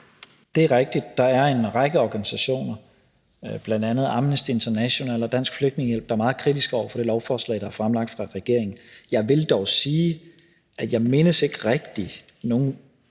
Det er rigtigt, at der er en række organisationer, bl.a. Amnesty International og Dansk Flygtningehjælp, der er meget kritiske over for det lovforslag, der er fremsat af regeringen. Jeg vil dog sige, at jeg mindes ikke rigtig nogen